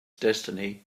destiny